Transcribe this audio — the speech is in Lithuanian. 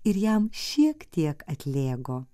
ir jam šiek tiek atlėgo